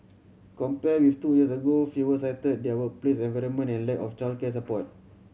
compared with two years ago fewer cited their workplace environment and lack of childcare support